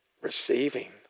receiving